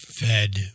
fed